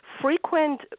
frequent